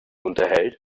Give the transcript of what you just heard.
unterhält